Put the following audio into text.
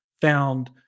found